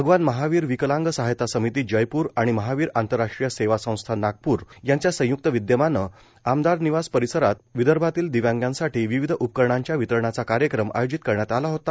भगवान महावीर विकलांग सहायता समिती जयपूर आणि महावीर आंतरराष्ट्रीय सेवा संस्था नागपूर यांच्या संय्क्त विद्यमानं आमदार निवास परिसरात विदर्भातील दिव्यांगांसाठी विविध उपकरणांच्या वितरणाचा कार्यक्रम आयोजित करण्यात आला होता